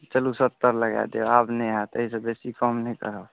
चलूँ सत्तर लगा देब आब नहि होयत एहिसँ बेसी कम नहि करब